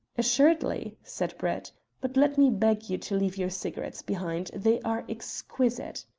assuredly, said brett but let me beg you to leave your cigarettes behind. they are exquisite.